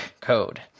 code